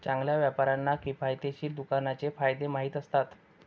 चांगल्या व्यापाऱ्यांना किफायतशीर दुकानाचे फायदे माहीत असतात